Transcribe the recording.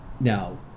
Now